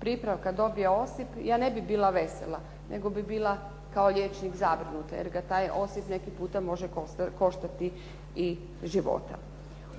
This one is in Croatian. pripravka dobije osip, ja ne bi bila vesela. Nego bi bila kao liječnik zabrinuta, jer ga taj osip neki puta može koštati i života.